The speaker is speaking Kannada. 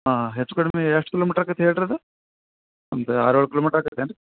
ಹಾಂ ಹೆಚ್ಚು ಕಡ್ಮೆ ಎಷ್ಟು ಕಿಲೋಮೀಟ್ರ್ ಆಗತ್ ಹೇಳಿರಿ ಅದು ಒಂದು ಆರು ಏಳು ಕಿಲೋಮೀಟ್ರ್ ಆಗತ್ ಏನು ರೀ